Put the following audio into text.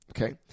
Okay